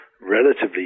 relatively